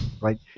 right